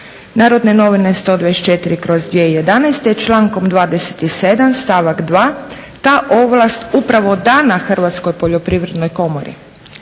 Narodne novine 124/2011 člankom 27. stavak 2. ta ovlast upravo dana Hrvatskoj poljoprivrednoj komori.